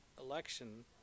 election